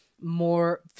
more